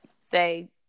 say